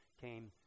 came